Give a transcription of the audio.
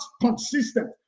consistent